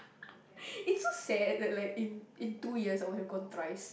it's so sad that like in in two years I would have gone thrice